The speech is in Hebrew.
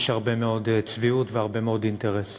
הרבה מאוד צביעות והרבה מאוד אינטרסים,